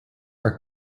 are